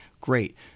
great